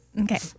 Okay